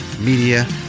Media